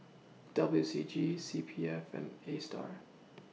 W C G C P F and ASTAR